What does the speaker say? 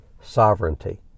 sovereignty